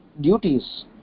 duties